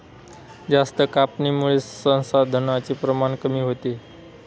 जास्त कापणीमुळे संसाधनांचे प्रमाण कमी होते